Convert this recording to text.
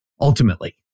ultimately